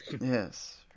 Yes